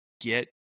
get